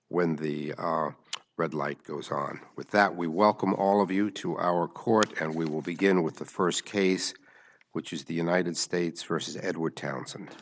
when the red light goes on with that we welcome all of you to our court and we will begin with the first case which is the united states for us is edward townsend